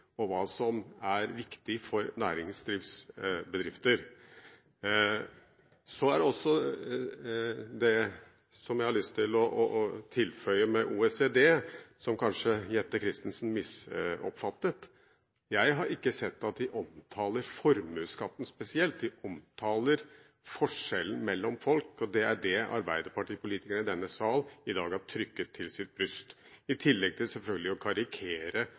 og hva som er viktig for næringslivsbedrifter. Så er det også det med OECD som jeg har lyst til å tilføye, som kanskje Jette Christensen misoppfattet: Jeg har ikke sett at de omtaler formuesskatten spesielt. De omtaler forskjellen mellom folk, og det er det arbeiderpartipolitikere i denne sal i dag har trykket til sitt bryst, i tillegg til – selvfølgelig – å